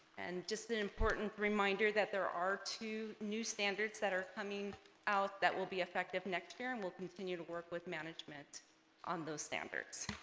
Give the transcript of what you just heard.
and just an important reminder that there are two new standards that are coming out that will be effective next year and we'll continue to work with management on those standards